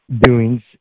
doings